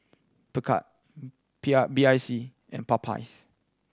Picard P I B I C and Popeyes